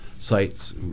sites